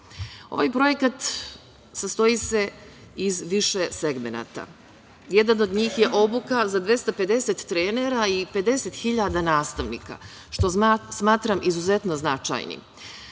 Ovaj projekat sastoji se iz više segmenata. Jedan od njih je obuka za 250 trenera i 50.000 nastavnika, što smatram izuzetno značajnim. Kada